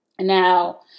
Now